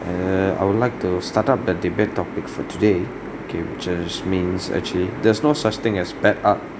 err I would like to start up the debate topic for today means actually there's no such thing as bad art